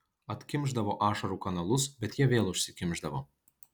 atkimšdavo ašarų kanalus bet jie vėl užsikimšdavo